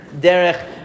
derech